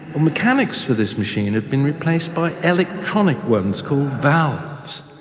mechanics for this machine have been replaced by electronic ones called valves.